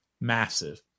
massive